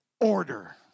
order